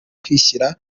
kwishyira